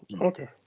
Okay